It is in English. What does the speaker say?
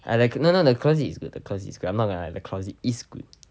I like i~ no no the closet is good the closet is good I'm not gonna lie the closet is good